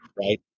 right